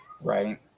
Right